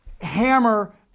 Hammer